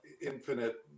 infinite